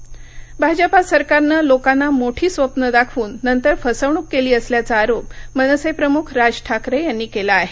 राज भाजपा सरकारन लोकांना मोठी स्वप्न दाखवून नंतर फसवणूक केली असल्याचा आरोप मनसे प्रख राज ठाकरे यांनी केला आहे